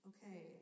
Okay